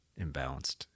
imbalanced